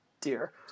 dear